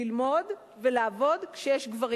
ללמוד ולעבוד כשיש גברים